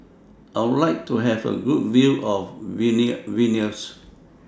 I Would like to Have A Good View of Vilnius